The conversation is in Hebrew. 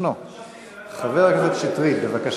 בבקשה.